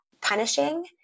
punishing